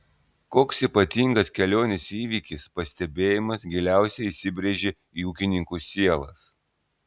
koks ypatingas kelionės įvykis pastebėjimas giliausiai įsibrėžė į ūkininkų sielas